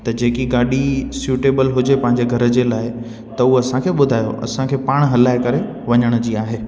त जेकी गाॾी सूटेबल हुजे पंहिंजे घर जे लाइ त उहा असांखे ॿुधायो असांखे पाण हलाए करे वञण जी आहे